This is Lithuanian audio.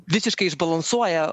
visiškai išbalansuoja